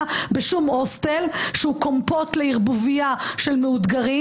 בשום הוסטל שהוא קומפוט לערבובייה של מאותגרים,